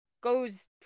goes